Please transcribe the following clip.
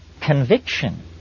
conviction